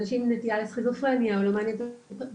אנשים עם נטיה לסכיזופרניה או למאניה דיפרסיה,